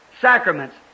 sacraments